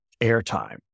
airtime